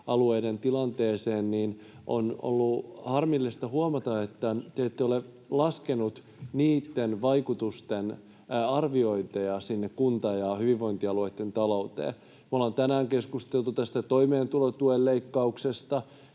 tilanteeseen, niin on ollut harmillista huomata, että te ette ole laskeneet niitten vaikutusten arviointeja sinne kunta- ja hyvinvointialueitten talouteen. Me ollaan tänään keskusteltu toimeentulotuen leikkauksesta